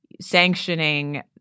sanctioning